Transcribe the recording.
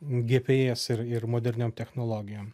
gps ir ir moderniom technologijom